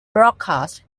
broadcast